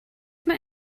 mae